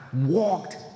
walked